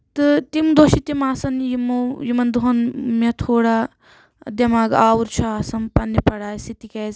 تہٕ تِم دۄہ چھِ تِم آسان یِمو یِمن دۄہَن مےٚ تھوڑا دٮ۪ماغ آوُر چُھ آسان پَننہِ پڑایہِ سۭتۍ تِکیاز